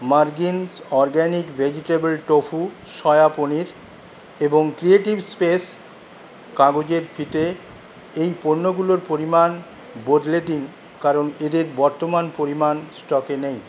মারগিন্স organic vegetable tofu soya paneer এবং creative space কাগজের ফিতে এই পণ্যগুলোর পরিমাণ বদলে দিন কারণ এদের বর্তমান পরিমাণ স্টকে নেই